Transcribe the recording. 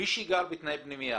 מי שגר בתנאי פנימייה,